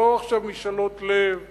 לא משאלות לב עכשיו,